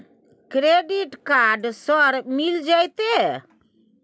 Credit card sir मिल जेतै?